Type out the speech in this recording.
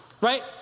Right